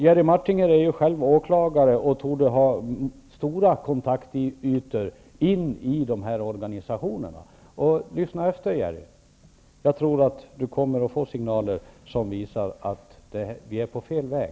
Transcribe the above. Jerry Martinger är ju själv åklagare och torde ha stora kontaktytor in i de här organisationerna. Om Jerry Martinger lyssnar, tror jag att han kommer att få signaler som visar att vi är på fel väg.